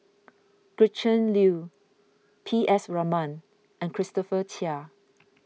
Gretchen Liu P S Raman and Christopher Chia